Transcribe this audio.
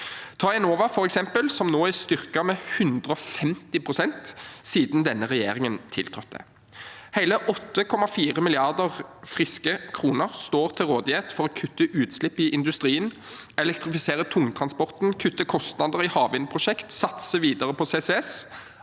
Ta Enova f.eks., som nå er styrket med 150 pst. siden denne regjeringen tiltrådte. Hele 8,4 mrd. friske kroner står til rådighet for å kutte utslipp i industrien, elektrifisere tungtransporten, kutte kostnader i havvindprosjekt og satse videre på CCS.